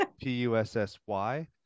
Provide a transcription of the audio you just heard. P-U-S-S-Y